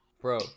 Bro